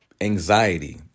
anxiety